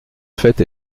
fait